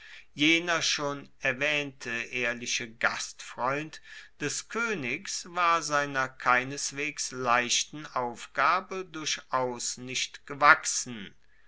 jener schon erwaehnte ehrliche gastfreund des koenigs war seiner keineswegs leichten aufgabe durchaus nicht gewachsen